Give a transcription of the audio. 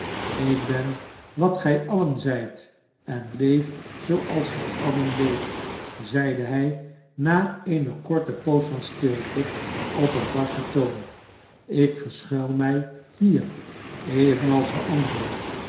ik ben wat gij alien zijt en leef zooals gij alien leeft zeide hij na eene korte poos van stilte op een barschen toon ik verschuil my hier evenals de anderen